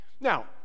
Now